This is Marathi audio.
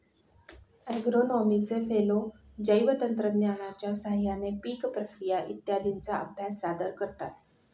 ॲग्रोनॉमीचे फेलो जैवतंत्रज्ञानाच्या साहाय्याने पीक प्रक्रिया इत्यादींचा अभ्यास सादर करतात